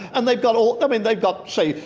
and they've got all, i mean, they've got, say,